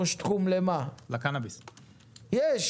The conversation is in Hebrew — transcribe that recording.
יש.